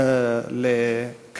יום הגנת הסביבה בכנסת,